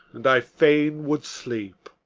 and i fain would sleep.